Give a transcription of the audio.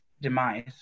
demise